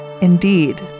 Indeed